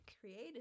creative